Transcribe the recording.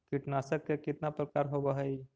कीटनाशक के कितना प्रकार होव हइ?